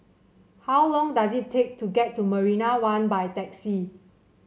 how long does it take to get to Marina One by taxi